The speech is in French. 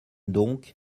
donc